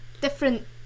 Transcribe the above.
different